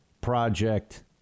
Project